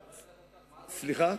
זה ענייננו?